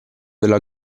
della